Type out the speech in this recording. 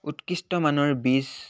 উৎকৃষ্টমানৰ বীজ